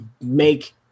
make